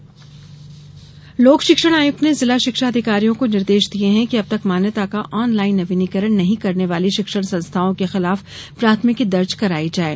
शिक्षण निर्देश लोक शिक्षण आयुक्त ने जिला शिक्षा अधिकारियों को निर्देश दिये हैं कि अबतक मान्यता का ऑन लाइन नवीनीकरण नहीं करने वाली शिक्षण संस्थाओं के खिलाफ प्राथमिकी दर्ज कराई जाये